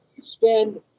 spend